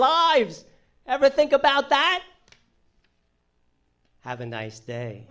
lives ever think about that have a nice day